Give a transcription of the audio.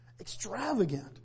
Extravagant